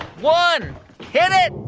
one hit it